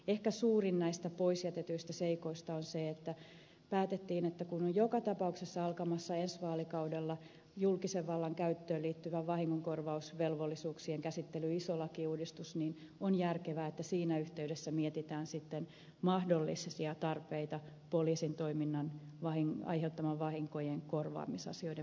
ehkä suurin näistä pois jätetyistä seikoista on se että päätettiin että kun on joka tapauksessa alkamassa ensi vaalikaudella julkisen vallan käyttöön liittyvien vahingonkorvausvelvollisuuksien iso lakiuudistus niin on järkevää että siinä yhteydessä mietitään sitten mahdollisia tarpeita poliisin toiminnan aiheuttamien vahinkojen korvaamisasioiden muuttamisesta